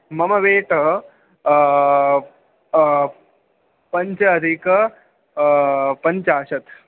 मम वेट् पञ्चाधिक पञ्चाशत्